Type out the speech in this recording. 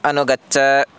अनुगच्छ